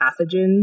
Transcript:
pathogens